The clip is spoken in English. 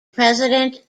president